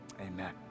amen